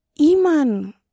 Iman